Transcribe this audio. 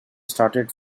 started